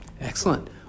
Excellent